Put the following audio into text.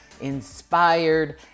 inspired